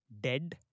dead